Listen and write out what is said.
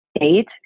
Eight